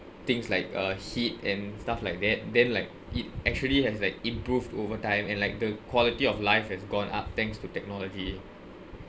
things like uh heat and stuff like that then like it actually has like improved over time and like the quality of life has gone up thanks to technology